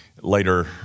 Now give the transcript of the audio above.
later